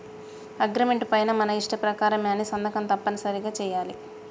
agreement పైన మన ఇష్ట ప్రకారమే అని సంతకం తప్పనిసరిగా చెయ్యాలి